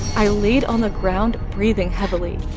i laid on the ground breathing heavily.